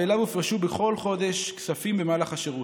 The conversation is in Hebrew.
ואליה הופרשו בכל חודש כספים במהלך השירות.